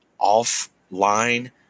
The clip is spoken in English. offline